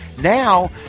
now